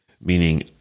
meaning